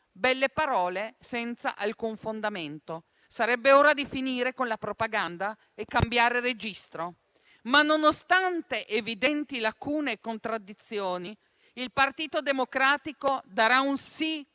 Belle parole, senza alcun fondamento. Sarebbe ora di finire con la propaganda e cambiare registro, ma nonostante evidenti lacune e contraddizioni il Partito Democratico darà un sì convinto